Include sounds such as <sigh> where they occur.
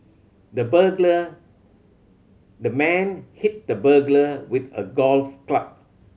the <unintelligible> the man hit the burglar with a golf club